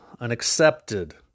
unaccepted